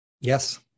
Yes